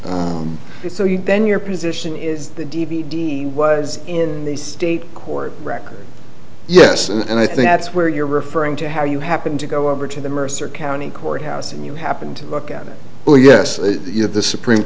you then your position is the d v d was in the state court record yes and i think that's where you're referring to how you happened to go over to the mercer county courthouse and you happened to look at it oh yes you have the supreme